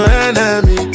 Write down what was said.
enemy